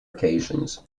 occasions